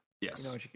Yes